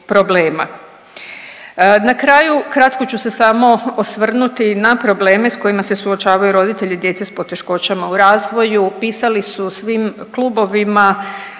Na kraju kratko ću se samo osvrnuti na probleme s kojima se suočavaju roditelji djece s poteškoćama u razvoju, pisali su svim klubovima.